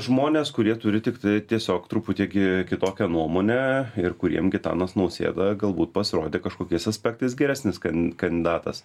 žmonės kurie turi tiktai tiesiog truputį gi kitokią nuomonę ir kuriem gitanas nausėda galbūt pasirodė kažkokiais aspektais geresnis kan kandidatas